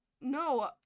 No